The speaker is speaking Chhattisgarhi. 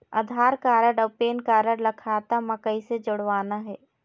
आधार कारड अऊ पेन कारड ला खाता म कइसे जोड़वाना हे?